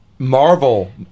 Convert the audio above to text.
Marvel